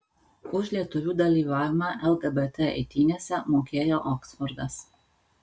už lietuvių dalyvavimą lgbt eitynėse mokėjo oksfordas